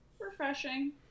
refreshing